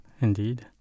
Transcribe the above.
indeed